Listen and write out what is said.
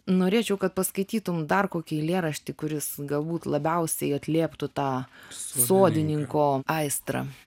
norėčiau kad paskaitytum dar kokį eilėraštį kuris galbūt labiausiai atlieptų tą sodininko aistrą